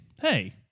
Hey